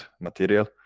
material